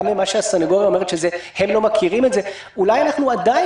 גם ממה שהסניגוריה אומרת שהם לא מכירים את זה אולי אנחנו עדיין